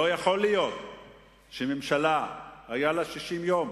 לא יכול להיות שממשלה, היו לה 60 יום,